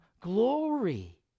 glory